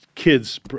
Kids